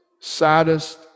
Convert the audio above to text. saddest